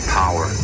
power